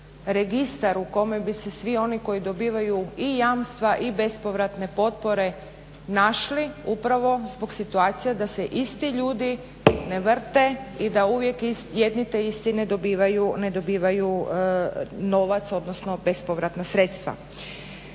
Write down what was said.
registar u kome bi se svi oni koji dobivaju i jamstva i bespovratne potpore našli upravo zbog situacije da se isti ljudi ne vrte i da uvijek jedni te isti ne dobivaju novac, odnosno bespovratna sredstva.